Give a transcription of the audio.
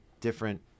different